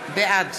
בעד